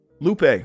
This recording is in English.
Lupe